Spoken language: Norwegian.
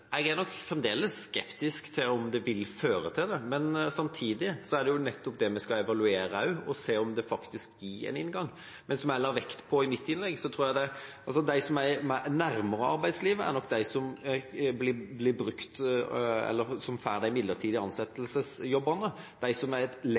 Jeg er nok fremdeles skeptisk til om det vil føre til det, men samtidig er det nettopp det vi skal evaluere, og se om det faktisk gir en inngang. Som jeg la vekt på i mitt innlegg, tror jeg det er de som er nærmere arbeidslivet som får de midlertidige ansettelsene. De som er et